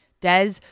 Des